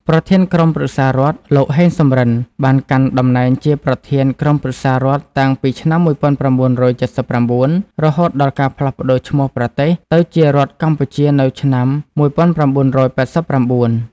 ប្រធានក្រុមប្រឹក្សារដ្ឋ លោក ហេង សំរិន បានកាន់តំណែងជាប្រធានក្រុមប្រឹក្សារដ្ឋតាំងពីឆ្នាំ ១៩៧៩ រហូតដល់ការផ្លាស់ប្ដូរឈ្មោះប្រទេសទៅជារដ្ឋកម្ពុជានៅឆ្នាំ ១៩៨៩ ។